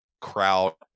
crowd